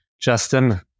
Justin